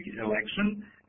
election